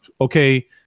okay